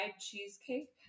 cheesecake